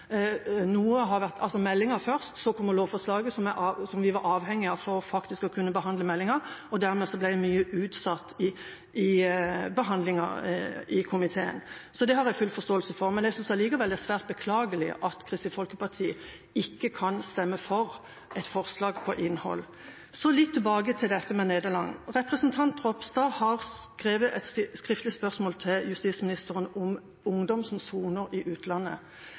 Meldinga først og så kommer lovforslaget, som vi var avhengig av for å kunne behandle meldinga, og dermed ble mye utsatt i behandlinga i komiteen. Så det har jeg full forståelse for. Men jeg synes allikevel det er svært beklagelig at Kristelig Folkeparti ikke kan stemme for et forslag om innhold. Så litt tilbake til dette med Nederland. Representanten Ropstad har sendt et skriftlig spørsmål til justisministeren om ungdom som soner i utlandet,